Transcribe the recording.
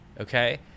okay